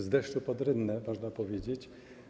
Z deszczu pod rynnę, można powiedzieć.